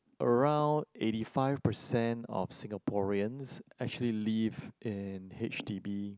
around eighty five percent of Singaporeans actually live in H_D_B